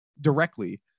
directly